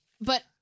But-